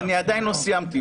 אני עדיין לא סיימתי.